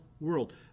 world